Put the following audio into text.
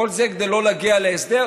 כל זה כדי לא להגיע להסדר?